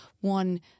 one